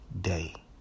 day